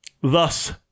thus